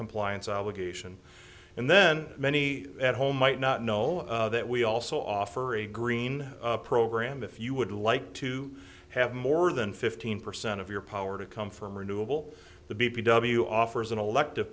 compliance obligation and then many at home might not know that we also offer a green program if you would like to have more than fifteen percent of your power to come from renewable the b p w offers an elective